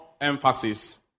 emphasis